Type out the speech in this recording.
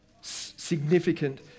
significant